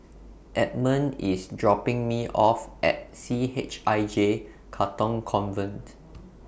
Edmon IS dropping Me off At C H I J Katong Convent